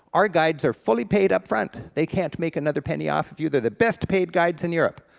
our guides are fully paid up front. they can't make another penny off of you, they're the best-paid guides in europe,